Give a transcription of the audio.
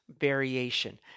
variation